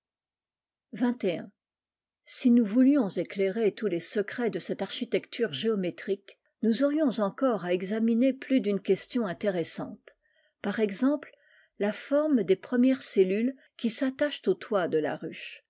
si nous voulions éclairer tous les secrets cette architecture géométrique nous aurions encore à examiner plus d'une question intéressante par exemple la forme des premières cellules qui s'attachent au toit de la ruche